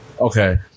Okay